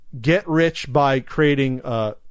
get-rich-by-creating